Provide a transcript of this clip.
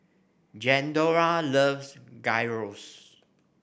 Glendora loves Gyros